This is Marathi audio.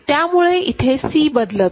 त्यामुळे इथे C बदलत असतो